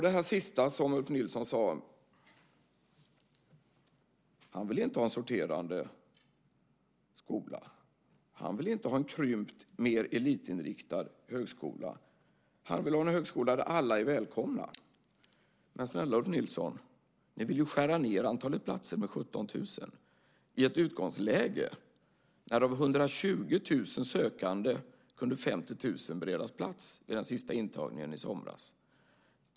Det sista Ulf Nilsson sade var att han inte vill ha en sorterande skola. Han vill inte ha en krympt, mer elitinriktad högskola. Han vill ha en högskola där alla är välkomna. Men snälla Ulf Nilsson, ni vill ju skära ned antalet platser med 17 000 i ett utgångsläge där av 120 000 sökande 50 000 kunde beredas plats vid den sista intagningen i somras!